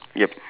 yup